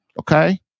okay